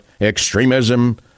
Extremism